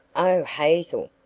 o hazel!